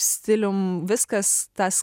stilium viskas tas